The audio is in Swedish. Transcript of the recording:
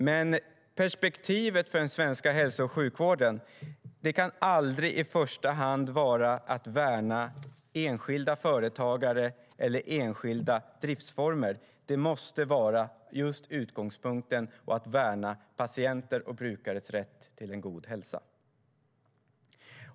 Men perspektivet för den svenska hälso och sjukvården kan aldrig i första hand vara att värna enskilda företagare eller enskilda driftsformer. Utgångspunkten måste vara att värna patienters och brukares rätt till en god hälsa.